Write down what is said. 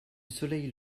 soleil